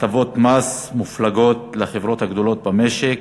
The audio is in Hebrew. הטבות מס מופלגות לחברות הגדולות במשק,